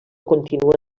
continua